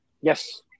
Yes